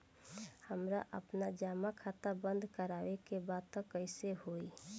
हमरा आपन जमा खाता बंद करवावे के बा त कैसे होई?